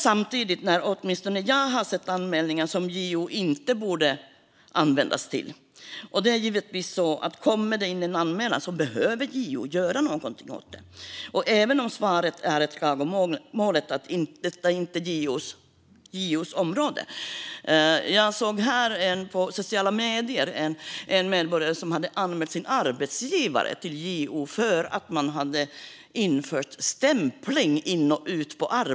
Jag har dock sett anmälningar som JO inte borde användas till. Men kommer det in en anmälan behöver JO givetvis göra någonting åt den, även om svaret är att klagomålet inte rör JO:s område. Jag såg på sociala medier att en medborgare hade anmält sin arbetsgivare till JO för att man på arbetet infört stämpling vid in och utpassering.